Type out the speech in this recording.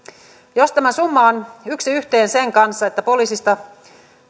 jos tämä summa on yksi yhteen sen kanssa että poliisista